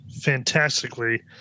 fantastically